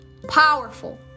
powerful